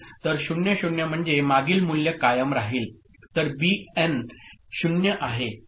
तर 0 0 म्हणजे मागील मूल्य कायम राहील तर बीएन 0 आहे